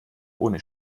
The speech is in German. ohne